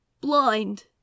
blind